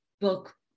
book